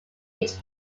each